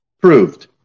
proved